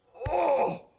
oh!